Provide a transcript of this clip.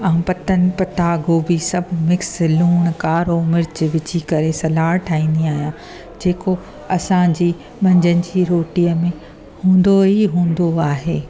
ऐं पतनि पता गोभी सभु मिक्स लूणु कारो मिर्च विझी करे सलाड ठाहींदी आहियां जेको असांजी मंझंदि जी रोटीअ में हूंदो ई हूंदो आहे